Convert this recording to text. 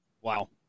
Wow